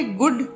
good